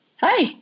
Hi